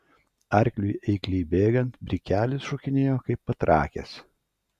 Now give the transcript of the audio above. arkliui eikliai bėgant brikelis šokinėjo kaip patrakęs